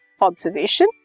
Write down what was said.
observation